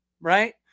right